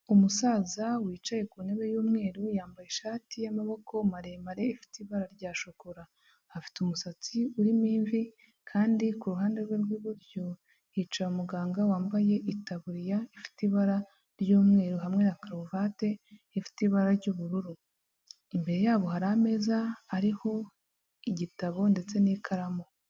Umusaza wicaye ku ntebe y'umweru, yambaye ishati y'amaboko maremare ifite ibara rya shokora. Afite umusatsi urimo imvi kandi ku ruhande rwe rw'iburyo hicaye umuganga wambaye itaburiya ifite ibara ry'umweru hamwe na karuvate ifite ibara ry'ubururu. Imbere yabo hari ameza ariho igitabo ndetse n'ikaramu.